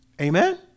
Amen